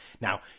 Now